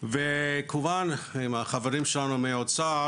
וכמובן עם החברים שלנו מהאוצר,